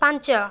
ପାଞ୍ଚ